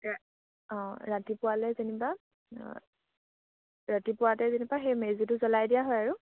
অঁ ৰাতিপুৱালে যেনিবা ৰাতিপুৱাতে যেনিবা সেই মেজিটো জ্বলাই দিয়া হয় আৰু